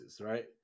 right